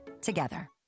together